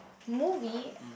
movie